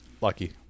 lucky